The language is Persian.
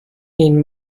این